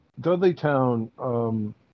Dudleytown